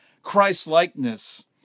christ-likeness